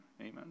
amen